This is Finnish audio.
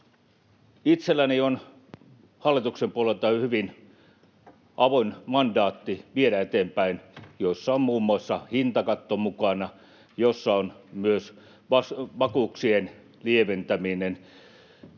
Itselläni on hallituksen puolelta hyvin avoin mandaatti viedä eteenpäin, jossa on mukana muun muassa hintakatto ja jossa on myös vakuuksien lieventäminen.